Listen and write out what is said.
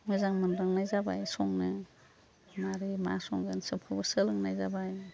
मोजां मोनलांनाय जाबाय संनो माबोरै मा संगोन सबखौबो सोलोंनाय जाबाय